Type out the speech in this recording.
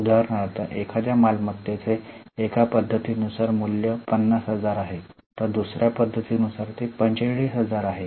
उदाहरणार्थ एखाद्या मालमत्तेचे एका पद्धतीनुसार मूल्य 50000 आहे तर दुसऱ्या पद्धतीनुसार ते 45000 आहे